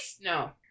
No